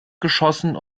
geschossen